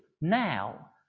now